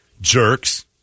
jerks